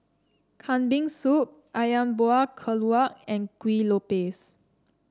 Kambing Soup ayam Buah Keluak and Kuih Lopes